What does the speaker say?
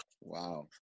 Wow